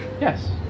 Yes